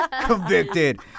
Convicted